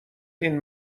این